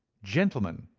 gentlemen,